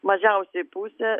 mažiausiai pusė